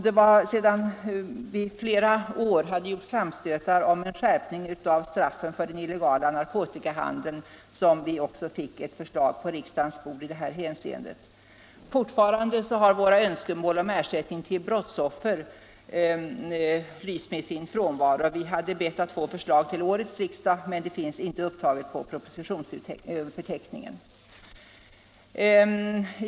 Det var sedan vi flera år hade gjort framstötar om en skärpning av straffen för den illegala narkotikahandeln som vi också fick ett förslag på riksdagens bord i detta hänseende. Fortfarande har våra önskemål om ersättning till brottsoffer icke hörsammats. Vi hade bett att få förslag till vårens riksdag, men något sådant finns inte upptaget på propositionsförteckningen.